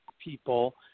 people